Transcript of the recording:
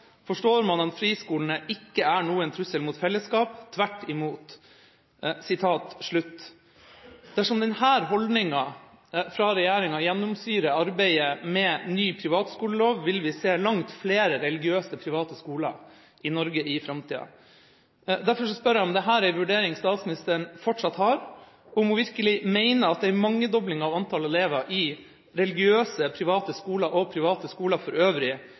forstår man at friskolene ikke er noen trussel mot fellesskap. Tvert imot.» Dersom denne holdninga fra regjeringa gjennomsyrer arbeidet med ny privatskolelov, vil vi se langt flere religiøse private skoler i Norge i framtida. Derfor spør jeg om dette er en vurdering statsministeren fortsatt har, og om hun virkelig mener at en mangedobling av antall elever i religiøse private skoler og private skoler for øvrig